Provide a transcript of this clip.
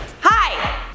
Hi